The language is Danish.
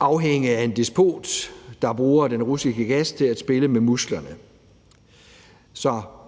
afhænge af en despot, der bruger den russiske gas til at spille med musklerne.